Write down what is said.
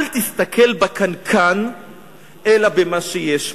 אל תסתכל בקנקן אלא במה שיש בו.